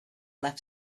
left